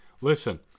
Listen